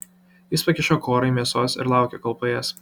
jis pakišo korai mėsos ir laukė kol paės